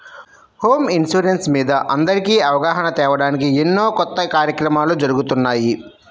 home insurance మీద అందరికీ అవగాహన తేవడానికి ఎన్నో కొత్త కార్యక్రమాలు జరుగుతున్నాయి